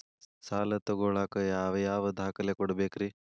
ಸಾಲ ತೊಗೋಳಾಕ್ ಯಾವ ಯಾವ ದಾಖಲೆ ಕೊಡಬೇಕ್ರಿ?